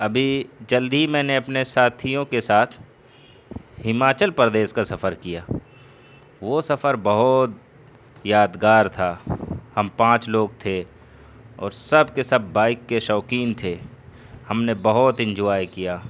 ابھی جلد ہی میں نے اپنے ساتھیوں کے ساتھ ہماچل پردیش کا سفر کیا وہ سفر بہت یادگار تھا ہم پانچ لوگ تھے اور سب کے سب بائک کے شوقین تھے ہم نے بہت انجوائے کیا